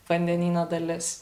vandenyno dalis